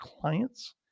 clients